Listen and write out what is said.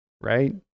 right